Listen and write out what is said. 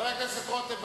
חבר הכנסת רותם,